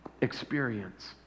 experience